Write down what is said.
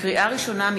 לקריאה ראשונה,